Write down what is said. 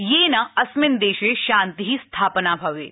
येन अस्मिन् देशे शान्ति स्थापिता भवेत्